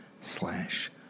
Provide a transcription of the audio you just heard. slash